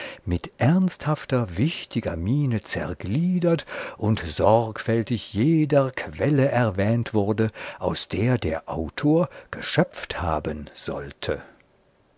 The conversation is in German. mit ernsthafter wichtiger miene zergliedert und sorgfältig jeder quelle erwähnt wurde aus der der autor geschöpft haben sollte